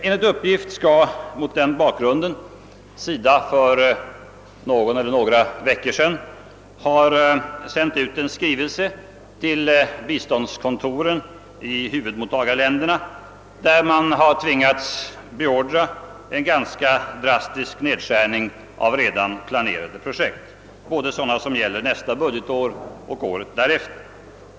Enligt uppgift skall mot denna bakgrund SIDA för någon eller några veckor sedan ha sänt ut en skrivelse till biståndskontoren i huvudmottagarländerna, i vilken man tvingats beordra en ganska drastisk nedskärning av redan planerade projekt, både sådana som gäller nästa budgetår och sådana som avser året därefter.